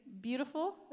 beautiful